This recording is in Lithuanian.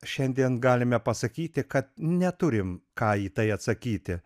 šiandien galime pasakyti kad neturim ką į tai atsakyti